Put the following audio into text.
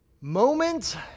Moment